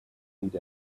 need